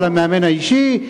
על המאמן האישי,